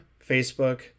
Facebook